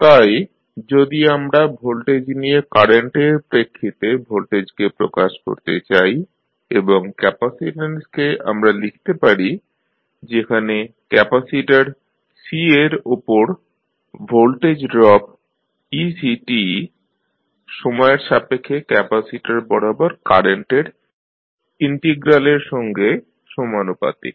তাই যদি আমরা ভোল্টেজ নিয়ে কারেন্ট এর প্রেক্ষিতে ভোল্টেজ কে প্রকাশ করতে চাই এবং ক্যাপাসিট্যান্স কে আমরা লিখতে পারি যেখানে ক্যাপাসিটর C এর উপরে ভোল্টেজ ড্রপ ect সময়ের সাপেক্ষে ক্যাপাসিটর বরাবর কারেন্ট এর ইন্টিগ্রালের সঙ্গে সমানুপাতিক